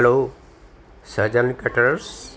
hello Sahajanand caterers